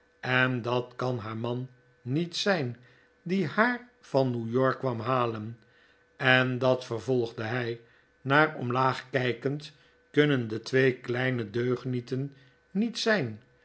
en dat kan haar man niet zijn die haar van newyork kwam halen en dat vervolgde hij naar omlaag kijkend kunnen de twee kleine deugnieten niet zijn